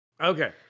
Okay